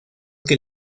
que